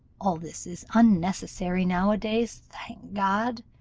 all this is unnecessary now-a-days, thank god